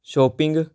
shopping